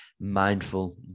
mindful